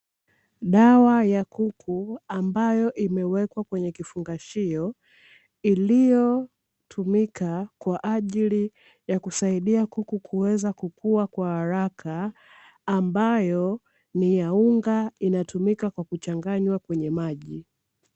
Dawa ya kuku ambayo imewekwa kwenye kifungaashio, iliyotumika kwa ajili ya kusaidia kuku kuweza kukua kwa haraka. Ambayo ni ya unga, inayotumika kuchanganywa kwenye maji.